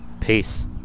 Peace